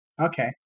Okay